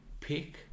Pick